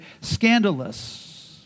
scandalous